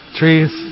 trees